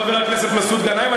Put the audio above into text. חבר הכנסת מסעוד גנאים.